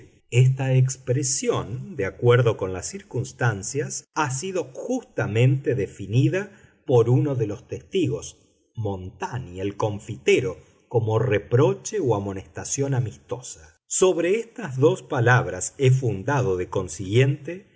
esta expresión de acuerdo con las circunstancias ha sido justamente definida por uno de los testigos montani el confitero como reproche o amonestación amistosa sobre estas dos palabras he fundado de consiguiente